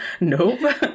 Nope